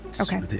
Okay